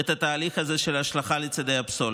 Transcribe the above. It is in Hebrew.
את התהליך הזה של השלכה לצידי הדרך.